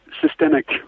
systemic